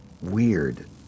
weird